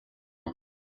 ann